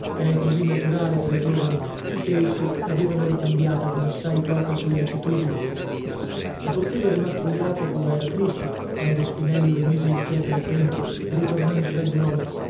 che è così naturale tra i giovani ma che essi avevano ricambiata con assai poca sollecitudine la bottega di mastro jacopo era triste quando spinello rimise il piede là dentro ritornando dal duomo